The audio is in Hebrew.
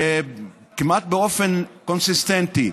כמעט באופן קונסיסטנטי.